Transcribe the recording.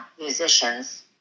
musicians